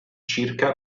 circa